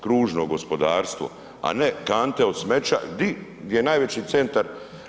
Kružno gospodarstvo, a ne kante od smeća, gdje, gdje je najveći centar,